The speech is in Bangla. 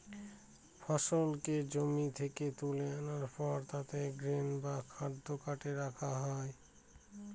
ফসলকে জমি থেকে তুলে আনার পর তাকে গ্রেন বা খাদ্য কার্টে রাখা হয়